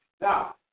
Now